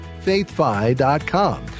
faithfi.com